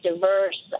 diverse